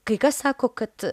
kai kas sako kad